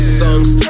songs